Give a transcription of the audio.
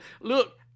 Look